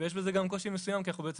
יש בזה גם קושי מסוים כי אנחנו בעצם